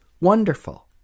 Wonderful